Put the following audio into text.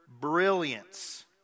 brilliance